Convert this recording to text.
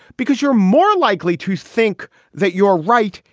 because you're more likely to think that you're right.